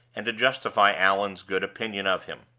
and to justify allan's good opinion of him.